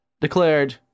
declared